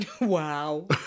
Wow